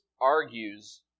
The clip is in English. argues